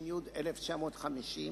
התש"י 1950,